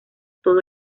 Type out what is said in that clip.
todo